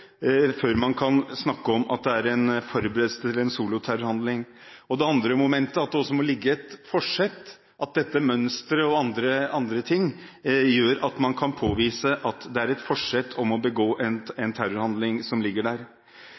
før man kan snakke om at det er en forberedelse til en soloterrorhandling. Det andre momentet er at det også må være et forsett, at dette mønsteret og andre ting gjør at man kan påvise at det er et forsett om å begå en terrorhandling. Det innebærer at disse – en slags – parodier som